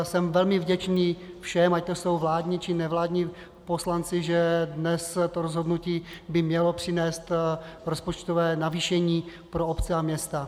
Jsem velmi vděčný všem, ať to jsou vládní, či nevládní poslanci, že dnes by rozhodnutí mělo přinést rozpočtové navýšení pro obce a města.